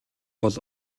бол